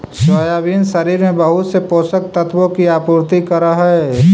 soybean शरीर में बहुत से पोषक तत्वों की आपूर्ति करअ हई